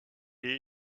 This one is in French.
est